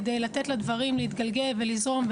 כדי לתת לדברים להתגלגל ולזרום,